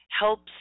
helps